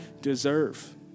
deserve